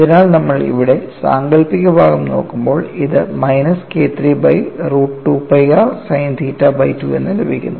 അതിനാൽ നമ്മൾ ഇവിടെ സാങ്കൽപ്പിക ഭാഗം നോക്കുമ്പോൾ ഇത് minus KIII by root 2 pi r sine theta by 2 എന്ന് ലഭിക്കുന്നു